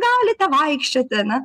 galite vaikščioti ane